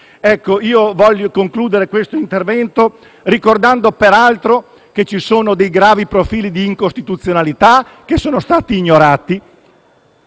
italiana. Voglio concludere questo mio intervento ricordando peraltro che ci sono dei gravi profili di incostituzionalità che sono stati ignorati,